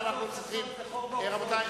רבותי,